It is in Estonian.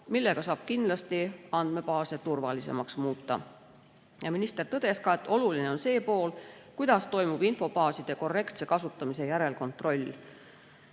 millega saab kindlasti andmebaase turvalisemaks muuta. Minister tõdes ka, et oluline on see, kuidas toimub infobaaside korrektse kasutamise järelkontroll.